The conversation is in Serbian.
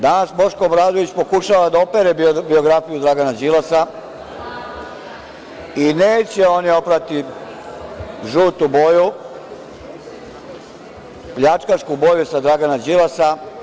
Danas Boško Obradović pokušava da opere biografiju Dragana Đilasa i neće oni oprati žutu boju, pljačkašku boju sa Dragana Đilasa.